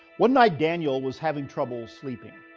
one night daniel was having trouble sleeping.